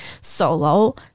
solo